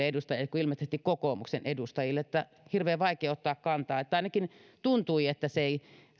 edustajille kuin ilmeisesti kokoomuksen edustajille on hirveän vaikea ottaa kantaa tai ainakin tuntui että se ei